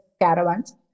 caravans